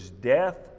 death